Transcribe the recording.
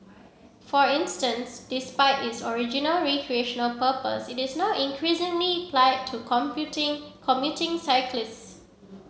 for instance despite is original recreational purpose it is now increasingly plied to commuting cyclists